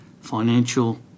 financial